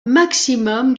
maximum